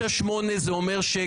עכשיו אני אומר בצורה ברורה: